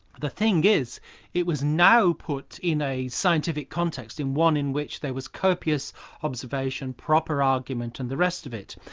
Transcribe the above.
the thing is it was now put in a scientific context and one in which there was copious observation, proper argument and the rest of it.